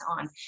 on